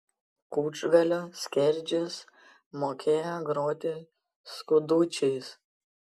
kučgalio skerdžius mokėjo groti skudučiais